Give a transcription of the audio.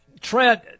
trent